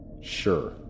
Sure